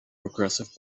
progressive